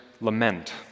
lament